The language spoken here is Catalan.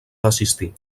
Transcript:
desistir